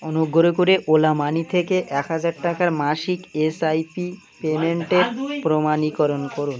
অনুগ্রহ করে ওলা মানি থেকে এক হাজার টাকার মাসিক এসআইপি পেমেন্টের প্রমাণীকরণ করুন